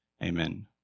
Amen